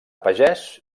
pagès